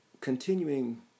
Continuing